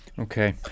Okay